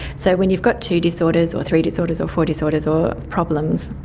so when you got two disorders or three disorders or four disorders or problems,